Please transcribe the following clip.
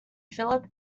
philip